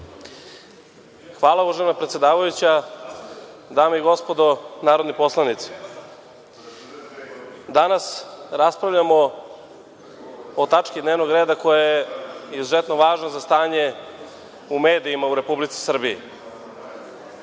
Hvala uvažena predsedavajuća. Dame i gospodo narodni poslanici, danas raspravljamo o tački dnevnog reda, koja je izuzetno važna za stanje u medijima u Republici Srbiji. Ono